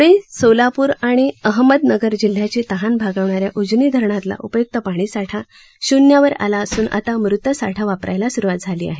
पुणे सोलापूर आणि अहमदनगर जिल्ह्याची तहान भागवणाऱ्या उजनी धरणातला उपय्क्त पाणीसाठा शून्यावर आला असून आता मृतसाठा वापरायला सुरुवात झाली आहे